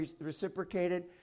reciprocated